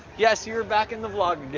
yes you are back in the vlog